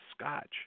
scotch